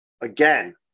again